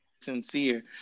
sincere